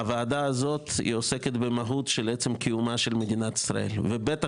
הוועדה הזאת עוסקת בעצם קיומה של מדינת ישראל ובטח